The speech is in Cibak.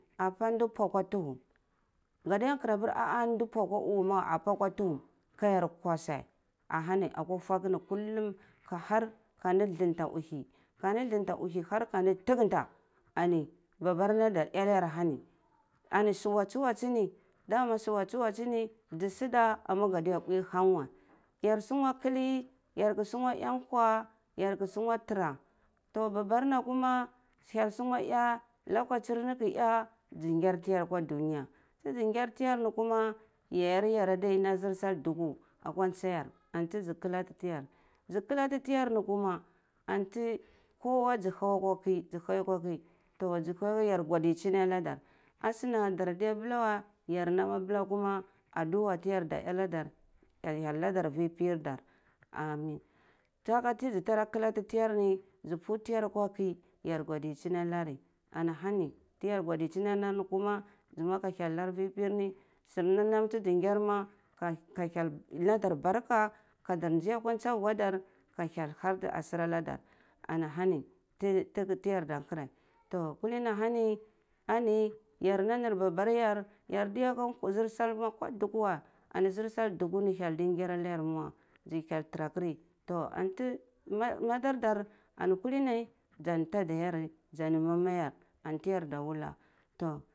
Apa ndi mbwa akwa tuhum ka ya kwaseh anah hani akara fukwu kulum ka har ka di tulanta uhi kandi thlanta uhi ka har ka ndi thugunta ani baba na adah eneyar ahani ani su watsu watsu ni dama su watsu watsu ni zi suda ama gediya ta mbwei hang wei ya sungwa kali yar sungwa eh nkwa yar ka sungwa tura toh babana kuma hyel sugwa eh lokatehir ni ki eh zi ngar tiyar akwa dunya tizi ngar tiyar ni kuma yayar gar adeh nam zir sal zi duku akwa ntsa yar antu zi kala ti tiyar zi kalati tiyar ni kuma anti kowa zi hau akwa ki zi hau akwa ki jhu si hau yar godichini ana dar asuna dar dai yuba weh yar nan abula kuma adua tiyar da ena dar ka hyel nadar ri pir dar amen saka ti zi kalati tiyar ni zi pow tiyar akwa ki yar godichini anar bi ana hani ti yar godichini anari kəma koma ka hyel nari vi pi ri ni sunam ti zi negar ma ka hyel ladar barka ka dar nzi akwa tsa vurda ka hyel hati asur anadar ana hana ti ti yarda kareh ton kuli ni ahani ani yar nam nar baba yar yar diya ka zur sal weh ko duku weh ani zursal ni duku hyel di geri ana yar weh zi hyel tura akir toh antu madadar da kulini zan tatar yar zani mama yar antiyarda wula toh.